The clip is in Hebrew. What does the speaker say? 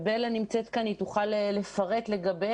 ובלה נמצאת כאן והיא תוכל לפרט לגביהם.